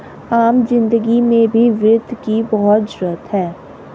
आम जिन्दगी में भी वित्त की बहुत जरूरत है